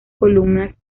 columnas